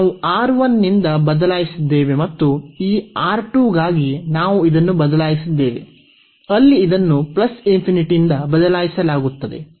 ನಾವು R1 ನಿಂದ ಬದಲಾಯಿಸಿದ್ದೇವೆ ಮತ್ತು ಈ R2 ಗಾಗಿ ನಾವು ಇದನ್ನು ಬದಲಾಯಿಸಿದ್ದೇವೆ ಅಲ್ಲಿ ಇದನ್ನು ∞ ನಿಂದ ಬದಲಾಯಿಸಲಾಗುತ್ತದೆ